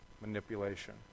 manipulation